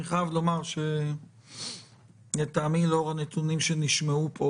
אני חייב לומר שלטעמי לאור הנתונים שנשמעו פה